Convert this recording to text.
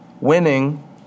Winning